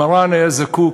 מרן היה זקוק,